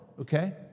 okay